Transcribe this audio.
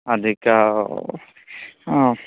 अधिकं हा